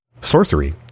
Sorcery